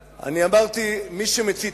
זית, אני אמרתי מי שמצית.